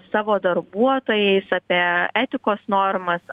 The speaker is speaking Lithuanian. savo darbuotojais apie etikos normas